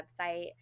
website